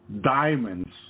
diamonds